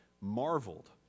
marveled